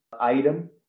item